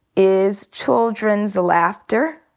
is children's laughter,